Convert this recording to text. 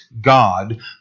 God